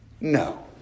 No